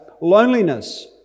loneliness